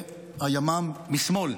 והימ"מ משמאל,